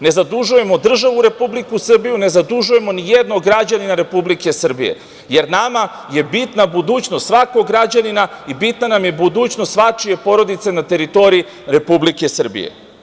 Ne zadužujemo državu Republiku Srbiju, ne zadužujemo ni jednog građanina Republike Srbije, jer nama je bitna budućnost svakog građanina i bitna nam je budućnost svačije porodice na teritoriji Republike Srbije.